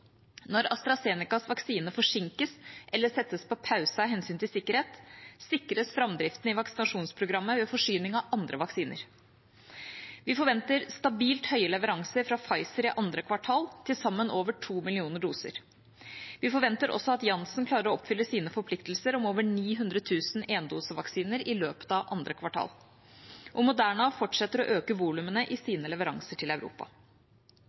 Når AstraZenecas vaksine forsinkes eller settes på pause av hensyn til sikkerhet, sikres framdriften i vaksinasjonsprogrammet ved forsyning av andre vaksiner. Vi forventer stabilt høye leveranser fra Pfizer i andre kvartal, til sammen over 2 millioner doser. Vi forventer også at Janssen klarer å oppfylle sine forpliktelser om over 900 000 endosevaksiner i løpet av andre kvartal. Og Moderna fortsetter å øke volumene i sine leveranser til Europa.